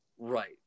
Right